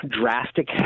drastic